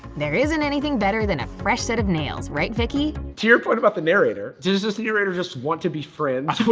there isn't anything better than a fresh set of nails, right vicky? to your point about the narrator, does this narrator just want to be friends?